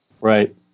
right